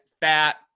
fat